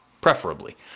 preferably